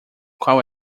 qual